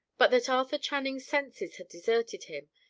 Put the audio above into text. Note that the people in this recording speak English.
but that arthur channing's senses had deserted him,